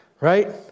right